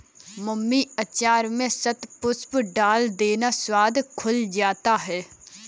mummy अचार में शतपुष्प डाल देना, स्वाद खुल जाता है